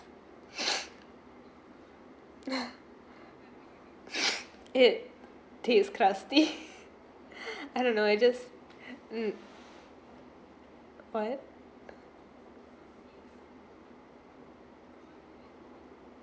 it taste crusty I don't know I just mm what